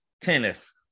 tennis